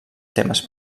temes